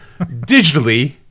digitally